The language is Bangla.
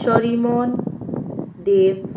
শরিমন দেব